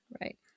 right